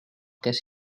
kes